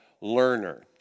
learner